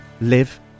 live